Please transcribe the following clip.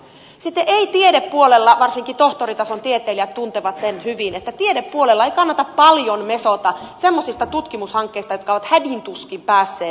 eikä tiedepuolella varsinkin tohtoritason tieteilijät tuntevat sen hyvin kannata paljon mesota semmoisista tutkimushankkeista jotka ovat hädin tuskin päässeet käyntiin